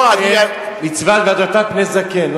מצוות "והדרת פני זקן".